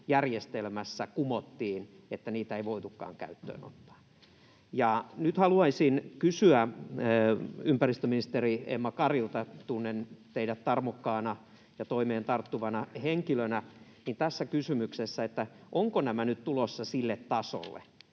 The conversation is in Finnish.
järjestelmässämme kumottiin, että niitä ei voitukaan käyttöön ottaa. Nyt haluaisin kysyä tästä asiasta ympäristöministeri Emma Karilta, kun tunnen teidät tarmokkaana ja toimeen tarttuvana henkilönä: ovatko nämä nyt tulossa sille tasolle,